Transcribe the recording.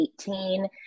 18